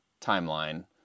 timeline